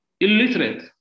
illiterate